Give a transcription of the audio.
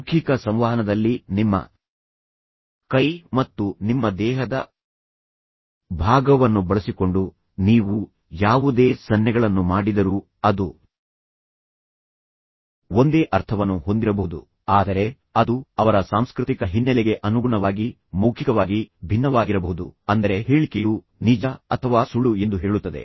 ಮೌಖಿಕ ಸಂವಹನದಲ್ಲಿ ನಿಮ್ಮ ಕೈ ಮತ್ತು ನಿಮ್ಮ ದೇಹದ ಭಾಗವನ್ನು ಬಳಸಿಕೊಂಡು ನೀವು ಯಾವುದೇ ಸನ್ನೆಗಳನ್ನು ಮಾಡಿದರೂ ಅದು ಒಂದೇ ಅರ್ಥವನ್ನು ಹೊಂದಿರಬಹುದು ಆದರೆ ಅದು ಅವರ ಸಾಂಸ್ಕೃತಿಕ ಹಿನ್ನೆಲೆಗೆ ಅನುಗುಣವಾಗಿ ಮೌಖಿಕವಾಗಿ ಭಿನ್ನವಾಗಿರಬಹುದು ಅಂದರೆ ಹೇಳಿಕೆಯು ನಿಜ ಅಥವಾ ಸುಳ್ಳು ಎಂದು ಹೇಳುತ್ತದೆ